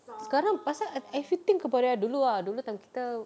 sekarang pasal ev~ everything kepada dulu ah dulu time kita